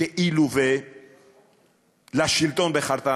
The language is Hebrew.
כאילו "לשלטון בחרתנו"